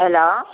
hello